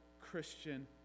Christian